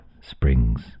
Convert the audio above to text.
springs